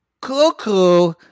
Cuckoo